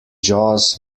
jaws